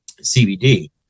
CBD